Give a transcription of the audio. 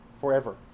forever